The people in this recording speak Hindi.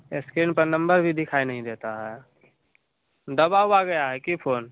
एस्क्रीन पर नंबर भी दिखाई नहीं देता है दबा उबा गया है कि फोन